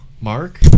Mark